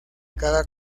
cada